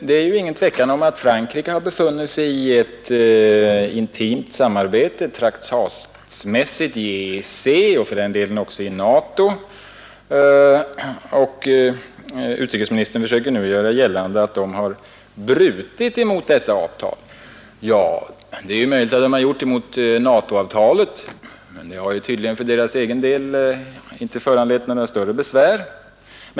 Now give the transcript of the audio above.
Det är ju ingen tvekan om att Frankrike befunnit sig i ett intimt samarbete, traktatsmässigt i EEC och för den delen också i NATO, och utrikesministern försöker nu göra gällande att fransmännen brutit mot dessa avtal. Ja, det är möjligt att de brutit emot NATO-avtalet. Men det har tydligen för deras del inte föranlett några större besvär.